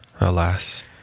alas